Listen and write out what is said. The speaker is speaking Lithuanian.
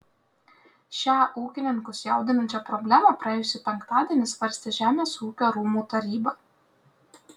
šią ūkininkus jaudinančią problemą praėjusį penktadienį svarstė žemės ūkio rūmų taryba